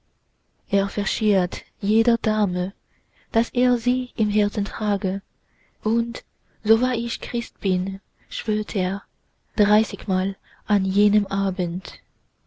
er versichert jeder dame daß er sie im herzen trage und so wahr ich christ bin schwört er dreißigmal an jenem abend